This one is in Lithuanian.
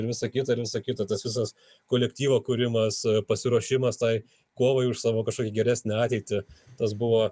ir visa kita ir visa kita tas visas kolektyvo kūrimas pasiruošimas tai kovai už savo kažkokį geresnę ateitį tas buvo